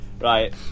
right